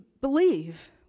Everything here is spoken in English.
believe